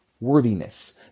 worthiness